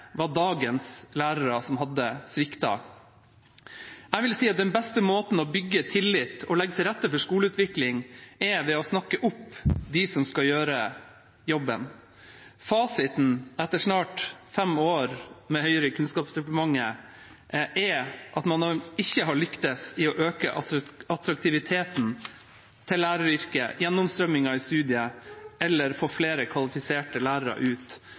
var dagens lærere som hadde sviktet. Jeg vil si at den beste måten å bygge tillit og legge til rette for skoleutvikling på er å snakke opp dem som skal gjøre jobben. Fasiten etter snart fem år med Høyre i Kunnskapsdepartementet er at man ikke har lyktes i å øke attraktiviteten til læreryrket, gjennomstrømmingen i studiet eller få flere kvalifiserte lærere ut